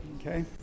Okay